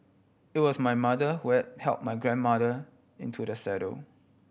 it was my mother who had help my grandmother into the saddle